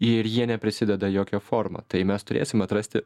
ir jie neprisideda jokia forma tai mes turėsim atrasti